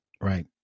Right